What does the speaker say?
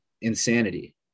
insanity